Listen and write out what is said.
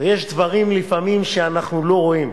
יש דברים לפעמים שאנחנו לא רואים.